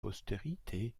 postérité